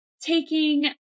taking